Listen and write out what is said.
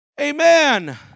amen